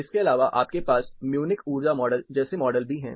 इसके अलावा आपके पास म्यूनिक ऊर्जा मॉडल जैसे मॉडल भी हैं